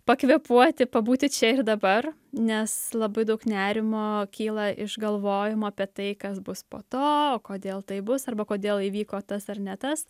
pakvėpuoti pabūti čia ir dabar nes labai daug nerimo kyla iš galvojimo apie tai kas bus po to kodėl taip bus arba kodėl įvyko tas ar ne tas